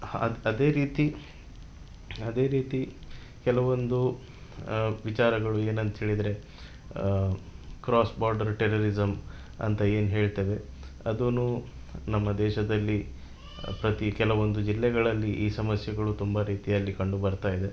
ಅದು ಅದೇ ರೀತಿ ಅದೇ ರೀತಿ ಕೆಲವೊಂದು ವಿಚಾರಗಳು ಏನಂತೇಳಿದರೆ ಕ್ರಾಸ್ ಬಾರ್ಡರು ಟೆರರಿಸಮ್ ಅಂತ ಏನು ಹೇಳ್ತೇವೆ ಅದೂ ನಮ್ಮ ದೇಶದಲ್ಲಿ ಪ್ರತಿ ಕೆಲವೊಂದು ಜಿಲ್ಲೆಗಳಲ್ಲಿ ಈ ಸಮಸ್ಯೆಗಳು ತುಂಬಾ ರೀತಿಯಲ್ಲಿ ಕಂಡು ಬರ್ತಾಯಿದೆ